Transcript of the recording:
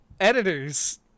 Editor's